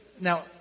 now